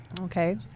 Okay